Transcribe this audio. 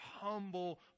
humble